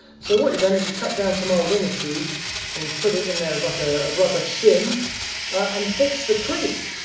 so what he done is he cut down some old inner tube and he's put it in their as like a rubber shim and fixed the creak.